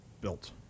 built